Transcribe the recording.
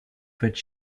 faites